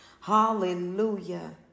Hallelujah